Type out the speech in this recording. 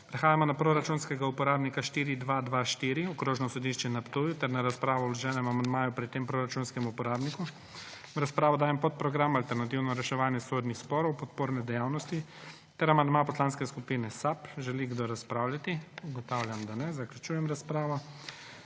Prehajamo na proračunskega uporabnika 4224 Okrožno sodišče na Ptuju ter na razpravo o vloženem amandmaju pri tem proračunskem uporabniku. V razpravo dajem podprogram Alternativno reševanje sodnih sporov – podporne dejavnosti ter amandma Poslanske skupine SAB. Želi kdo razpravljati? Ugotavljam, da ne. Zaključujem razpravo.